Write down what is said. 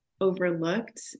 overlooked